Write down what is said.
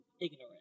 ignorant